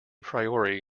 priori